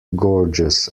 gorgeous